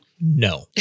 No